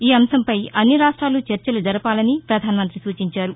ఈ అంశంపై అన్ని రాష్ట్లాలు చర్చలు జరపాలని పధానమంతి సూచించారు